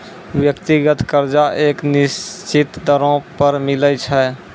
व्यक्तिगत कर्जा एक निसचीत दरों पर मिलै छै